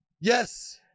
yes